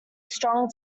strong